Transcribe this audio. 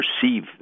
perceive